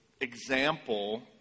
example